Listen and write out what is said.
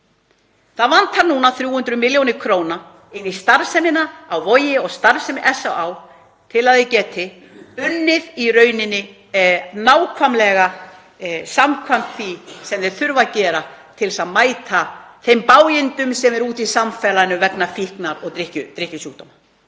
Það vantar núna 300 millj. kr. í starfsemina á Vogi og starfsemi SÁÁ til að þau geti unnið nákvæmlega samkvæmt því sem þau þurfa að gera til að mæta þeim bágindum sem eru úti í samfélaginu vegna fíknar og drykkjusjúkdóma.